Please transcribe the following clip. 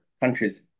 countries